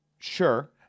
Sure